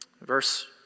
Verse